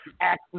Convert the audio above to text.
Access